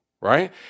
right